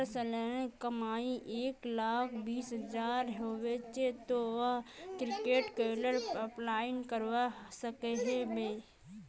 जहार सालाना कमाई एक लाख बीस हजार होचे ते वाहें क्रेडिट कार्डेर अप्लाई करवा सकोहो होबे?